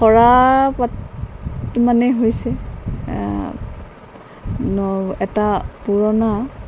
সৰা পাত মানে হৈছে এটা পুৰণা